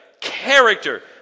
Character